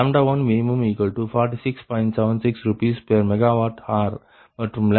76 RsMWhr மற்றும் 1max73